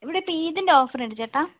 ഇവിടെ ഇപ്പോൾ ഈദിൻ്റെ ഓഫർ ഉണ്ട് ചേട്ടാ